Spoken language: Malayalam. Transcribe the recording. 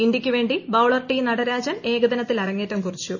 ഇന്ത്യക്കുവേണ്ടി ബൌളർ ടി നടിരാജൻ ഏകദിനത്തിൽ അരങ്ങേറ്റം കുറിച്ചു